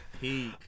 peak